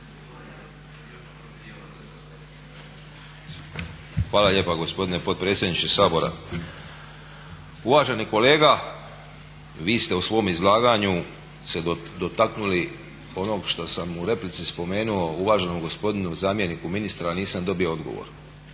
Hvala lijepo gospodine potpredsjedniče Sabora. Uvaženi kolega, vi ste u svom izlaganju se dotaknuli onog što sam u replici spomenuo uvaženom gospodinu zamjeniku ministra, a nisam dobio odgovor.